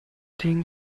den